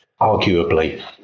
arguably